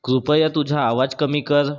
कृपया तुझा आवाज कमी कर